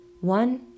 One